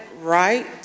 right